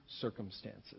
circumstances